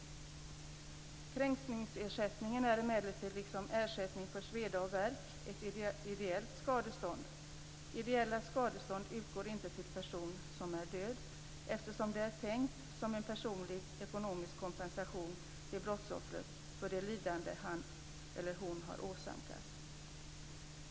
Kränkningsersättningen är emellertid, liksom ersättningen för sveda och värk, ett ideellt skadestånd. Ideella skadestånd utgår inte när en person har dött, eftersom det är tänkt som en personlig ekonomisk kompensation till brottsoffret för det lidande som han eller hon har åsamkats.